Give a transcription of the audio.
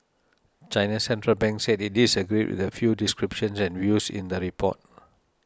China's Central Bank said it disagreed with a few descriptions and views in the report